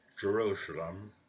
Jerusalem